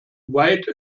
wide